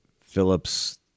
Phillips